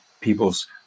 people's